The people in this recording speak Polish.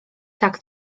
tak